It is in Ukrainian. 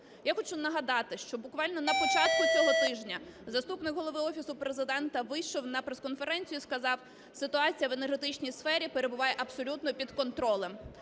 Я хочу нагадати, що буквально на початку цього тижня заступник Голови Офісу Президента вийшов на пресконференцію і сказав, ситуація в енергетичній сфері перебуває абсолютно під контролем.